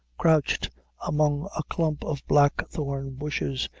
crouched among a clump of black-thorn bushes,